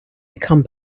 become